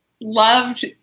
loved